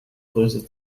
größe